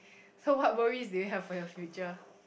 so what worries do you have for your future